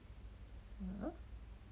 !huh!